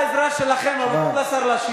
תודה על העזרה שלכם, אבל תנו לשר להשיב.